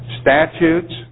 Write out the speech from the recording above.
statutes